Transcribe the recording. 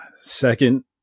Second